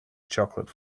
chocolate